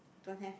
don't have